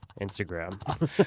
Instagram